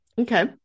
Okay